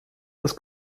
das